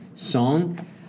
song